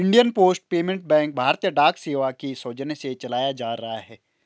Indian post payment bank भारतीय डाक सेवा के सौजन्य से चलाया जा रहा है